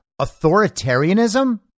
authoritarianism